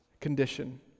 condition